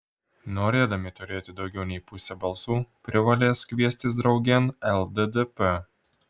norėdami turėti daugiau nei pusę balsų privalės kviestis draugėn lddp